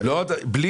היא